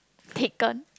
Pecan